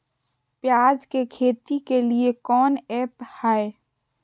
प्याज के खेती के लिए कौन ऐप हाय?